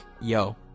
yo